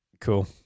cool